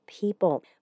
people